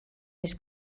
his